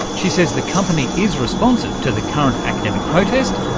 she says the company is responsive to the current academic protest,